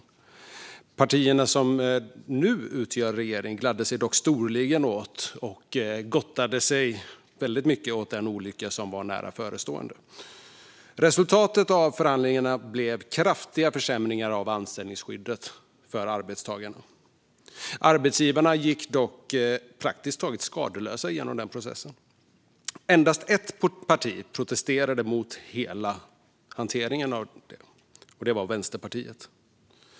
De partier som nu utgör regering gladde sig dock storligen och gottade sig åt den olycka som var nära förestående. Resultatet av förhandlingarna blev kraftiga försämringar av anställningsskyddet för arbetstagarna. Arbetsgivarna gick dock praktiskt taget skadeslösa genom processen. Endast ett parti protesterade mot hela hanteringen, och det var Vänsterpartiet.